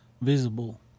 visible